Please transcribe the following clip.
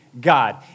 God